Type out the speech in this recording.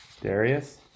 Darius